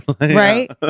Right